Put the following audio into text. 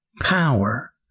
Power